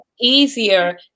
easier